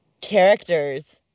characters